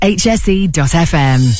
hse.fm